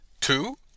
Two